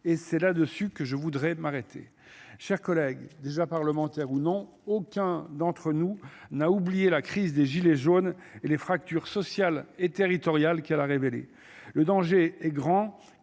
et c'est là dessus que je voudrais m'arrêter chers collègues déjà parlementaire ou non, aucun d'entre nous n'a oublié la crise des gilets jaunes et les fractures sociales et territoriales qu'elle a révélées, le danger est grand